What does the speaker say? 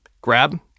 grab